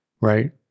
right